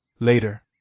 later